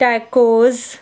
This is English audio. tacos